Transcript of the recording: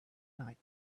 night